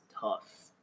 tough